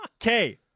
Okay